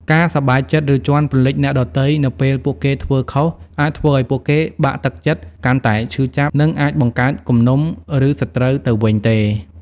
ការសប្បាយចិត្ត ឬជាន់ពន្លិចអ្នកដទៃនៅពេលពួកគេធ្វើខុស អាចធ្វើឱ្យពួកគេបាក់ទឹកចិត្ត កាន់តែឈឺចាប់ និងអាចបង្កើតគំនុំ ឬសត្រូវទៅវិញទេ។